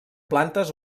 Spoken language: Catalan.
plantes